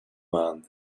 man